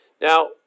Now